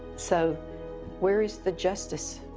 so where is the justice?